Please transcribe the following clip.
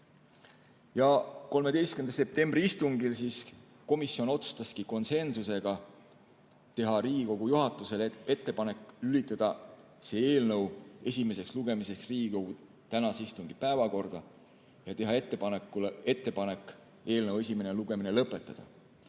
27. septembri istungil siis komisjon otsustas konsensusega teha Riigikogu juhatusele ettepaneku lülitada eelnõu esimeseks lugemiseks Riigikogu tänase istungi päevakorda ja teha ettepaneku eelnõu esimene lugemine lõpetada.